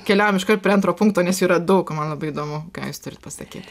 keliaujam iškart prie antro punkto nes yra daug ir man labai įdomu ką jūs turit pasakyti